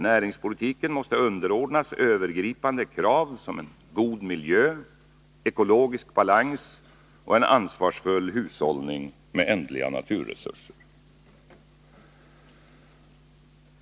Näringspolitiken måste underordnas övergripande krav som en god miljö, ekologisk balans och en ansvarsfull hushållning med ändliga naturresurser.